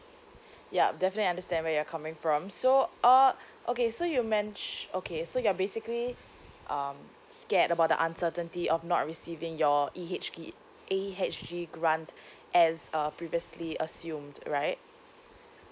yup definitely understand where you're coming from so uh okay so you mentio~ okay so you're basically um scared about the uncertainty of not receiving your E H kit E H G grant as uh previously assumed right